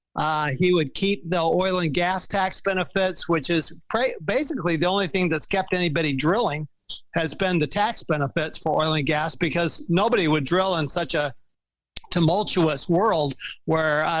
he would keep the oil and gas tax benefits, which is basically the only thing that's kept. anybody drilling has been the tax benefits for oil and gas, because nobody would drill in such a tumultuous world where, ah,